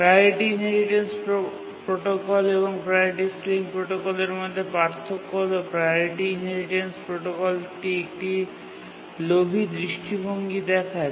priority inheritance protocol এবং priority ceiling প্রোটোকলের মধ্যে পার্থক্য হল প্রাওরিটি ইনহেরিটেন্স প্রোটোকলটি একটি লোভী দৃষ্টিভঙ্গি দেখায়